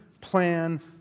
plan